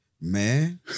Man